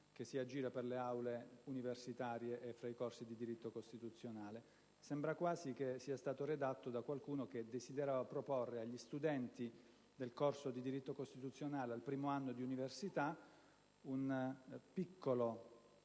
che si aggira per le aule universitarie e fra i corsi di diritto costituzionale. Sembra quasi che sia stato redatto da qualcuno che desiderava proporre agli studenti del corso di diritto costituzionale al primo anno di università un piccolo